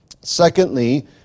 Secondly